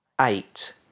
Eight